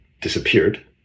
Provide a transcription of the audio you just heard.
Disappeared